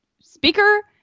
Speaker